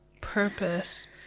purpose